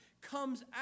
comes